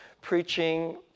preaching